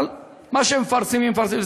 אבל מה שהם מפרסמים, מפרסמים.